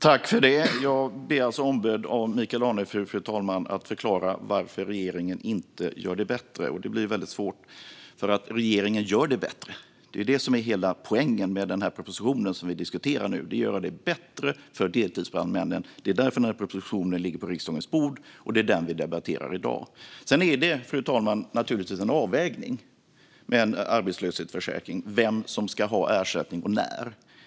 Fru talman! Jag blir alltså ombedd av Michael Anefur att förklara varför regeringen inte gör det bättre. Det blir väldigt svårt, för regeringen gör det bättre. Det är hela poängen med den proposition vi nu diskuterar: att göra det bättre för deltidsbrandmännen. Det är därför propositionen ligger på riksdagens bord, och det är den vi debatterar i dag. Det är naturligtvis, fru talman, när det gäller arbetslöshetsförsäkring en avvägning vem som ska ha ersättning och när.